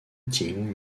ting